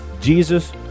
Jesus